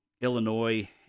Illinois